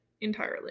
entirely